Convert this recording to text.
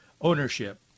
ownership